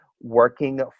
working